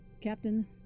Captain